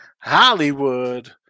Hollywood